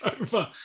over